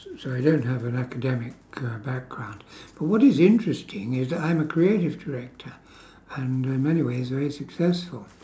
s~ so I don't have an academic uh background but what is interesting is I'm a creative director and in many ways very successful